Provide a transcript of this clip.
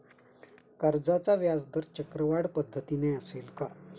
कर्जाचा व्याजदर चक्रवाढ पद्धतीने असेल का?